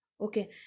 okay